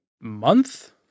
month